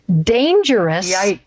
dangerous